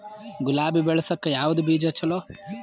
ಗುಲಾಬಿ ಬೆಳಸಕ್ಕ ಯಾವದ ಬೀಜಾ ಚಲೋ?